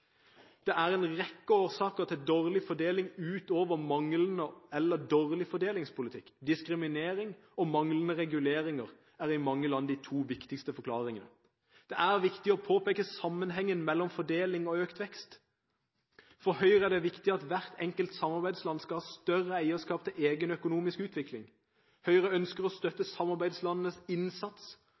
Det er en rekke årsaker til dårlig fordeling utover manglende eller dårlig fordelingspolitikk. Diskriminering og manglende reguleringer er i mange land de to viktigste forklaringene. Det er viktig å påpeke sammenhengen mellom fordeling og økt vekst. For Høyre er det viktig at hvert enkelt samarbeidsland skal ha større eierskap til egen økonomisk utvikling. Høyre ønsker å støtte samarbeidslandenes innsats